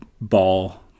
ball